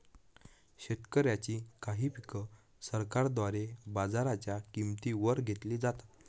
शेतकऱ्यांची काही पिक सरकारद्वारे बाजाराच्या किंमती वर घेतली जातात